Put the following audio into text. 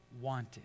wanted